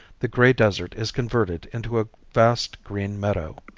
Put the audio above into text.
the gray desert is converted into a vast green meadow.